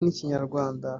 n’ikinyarwanda